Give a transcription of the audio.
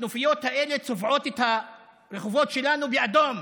והכנופיות האלה צובעות את הרחובות שלנו באדום,